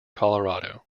colorado